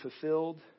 fulfilled